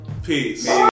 Peace